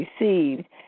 received